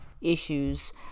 issues